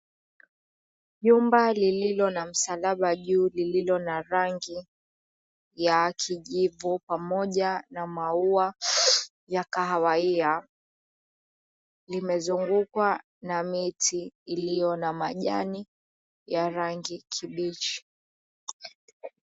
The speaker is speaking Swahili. Jumba lililo na msalaba juu, lililo na rangi ya kijivu pamoja na maua ya kahawia, limezungukwa na miti iliyo na majani ya rangi kibichi.